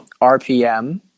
RPM